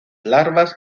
larvas